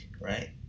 right